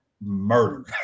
murder